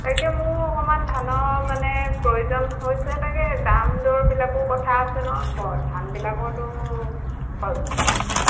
তাকে মোৰ অকণমান ধানৰ মানে প্ৰয়োজন হৈছে তাকে দাম দৰবিলাকো কথা আছে নহয় ধানবিলাকৰতো